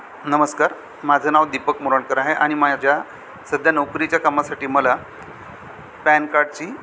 नमस्कार माझं नाव दीपक मुरणकर आहे आणि माझ्या सध्या नोकरीच्या कामासाठी मला पॅन कार्डची